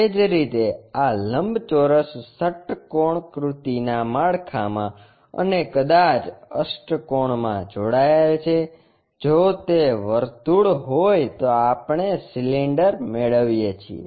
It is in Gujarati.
એ જ રીતે આ લંબચોરસ ષટ્કોણાકૃતિના માળખામાં અને કદાચ અષ્ટકોણમાં જોડાયેલ છે જો તે વર્તુળ હોય તો આપણે સિલિન્ડર મેળવીએ છીએ